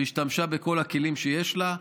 והשתמשה בכל הכלים שיש לה,